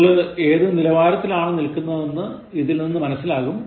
നിങ്ങൾ ഏതു നിലവാരത്തിലാണ് നിൽക്കുന്നതെന്ന് ഇതിൽ നിന്ന് മനസിലാകും